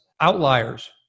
Outliers